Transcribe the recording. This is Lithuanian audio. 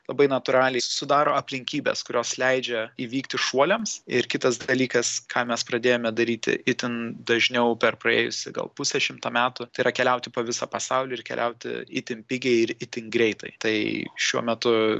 labai natūraliai sudaro aplinkybės kurios leidžia įvykti šuoliams ir kitas dalykas ką mes pradėjome daryti itin dažniau per praėjusį gal pusę šimto metų tai yra keliauti po visą pasaulį ir keliauti itin pigiai ir itin greitai tai šiuo metu